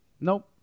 Nope